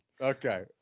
Okay